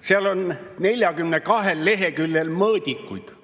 Seal eelarves on 42 leheküljel mõõdikud.